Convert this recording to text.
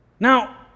Now